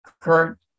Kurt